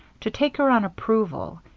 to take her on approval?